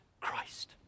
Christ